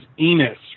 Enos